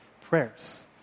prayers